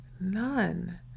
None